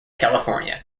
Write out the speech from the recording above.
california